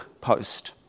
post